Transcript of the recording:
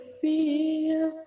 feel